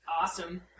awesome